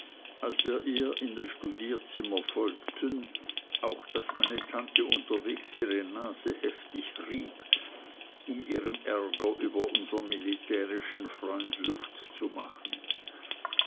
als wir ihr in das studierzimmer folgten auch daß meine tante unterwegs ihre nase heftig rieb um ihrem ärger über unsern militärischen freund luft zu machen